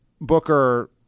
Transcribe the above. Booker